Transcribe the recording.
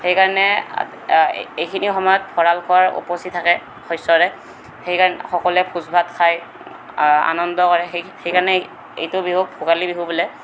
সেইকাৰণে এইখিনি সময়ত ভঁৰাল ঘৰ উপচি থাকে শস্য়ৰে সেইকাৰণে সকলোৱে ভোজ ভাত খায় আনন্দ কৰে সেইকাৰণে এইটো বিহুক ভোগালী বিহু বোলে